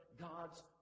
god's